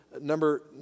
number